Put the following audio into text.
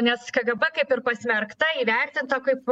nes kgb kaip ir pasmerkta įvertinta kaip